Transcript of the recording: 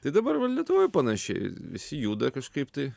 tai dabar va lietuvoj panašiai visi juda kažkaip tai